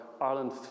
Ireland